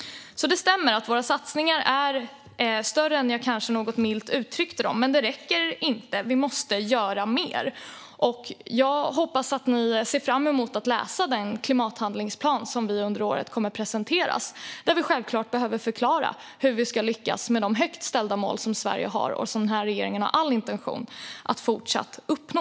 Det stämmer att våra satsningar är större än vad jag kanske något milt uttryckte det. Men de räcker inte. Vi måste göra mer. Jag hoppas att ni ser fram emot att läsa den klimathandlingsplan som vi under året kommer att presentera, där vi självklart behöver förklara hur vi ska lyckas med de högt ställda mål som Sverige har och som denna regering även fortsättningsvis har all intention att uppnå.